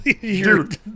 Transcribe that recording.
dude